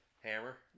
Hammer